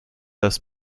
das